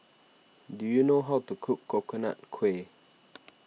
do you know how to cook Coconut Kuih